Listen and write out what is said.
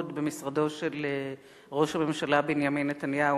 במשרדו של ראש הממשלה בנימין נתניהו,